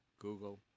Google